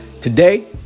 Today